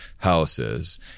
houses